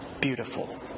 beautiful